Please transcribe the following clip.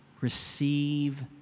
Receive